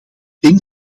denk